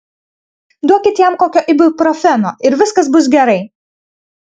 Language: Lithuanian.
duokit jam kokio ibuprofeno ir viskas bus gerai